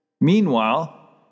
Meanwhile